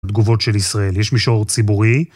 תגובות של ישראל יש מישור ציבורי